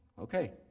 Okay